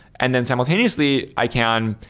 and then simultaneously, i can,